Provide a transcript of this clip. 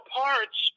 parts